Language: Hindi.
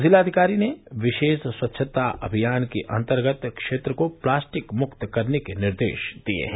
जिलाधिकारी ने विशेष स्वच्छता अभियान के अंतर्गत क्षेत्र को प्लास्टिक मुक्त करने के निर्देश दिए हैं